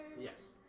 Yes